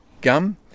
gum